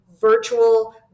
virtual